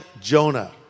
Jonah